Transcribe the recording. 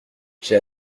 j’ai